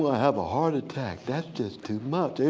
have a heart attack. that's just too much.